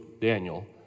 Daniel